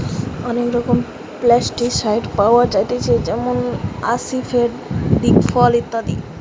অনেক রকমের পেস্টিসাইড পাওয়া যায়তিছে যেমন আসিফেট, দিকফল ইত্যাদি